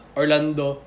orlando